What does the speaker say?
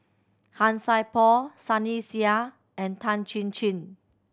Han Sai Por Sunny Sia and Tan Chin Chin